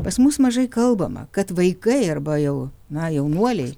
pas mus mažai kalbama kad vaikai arba jau na jaunuoliai